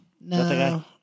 No